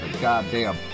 goddamn